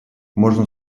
можно